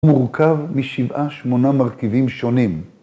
‫מורכב משבעה שמונה מרכיבים שונים.